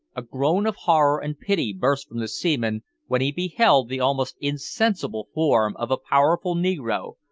a groan of horror and pity burst from the seaman when he beheld the almost insensible form of a powerful negro,